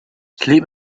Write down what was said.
sleep